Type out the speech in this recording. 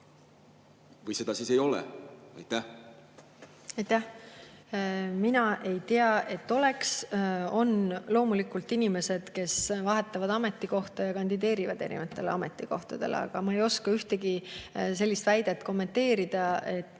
ei vasta. Mul ei ole seda teadmist. Mina ei tea, et oleks. On loomulikult inimesed, kes vahetavad ametikohta ja kandideerivad erinevatele ametikohtadele, aga ma ei oska ühtegi sellist väidet kommenteerida,